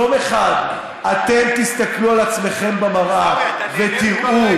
יום אחד אתם תסתכלו על עצמכם במראה ותראו,